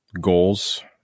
goals